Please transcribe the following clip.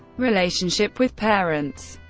relationship with parents